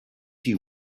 you